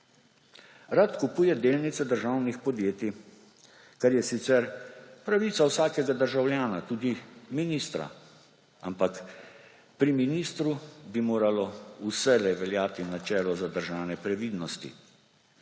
Rad kupuje delnice državnih podjetij, kar je sicer pravica vsakega državljana, tudi ministra. Ampak pri ministru bi moralo vselej veljati načelo zadržane previdnosti,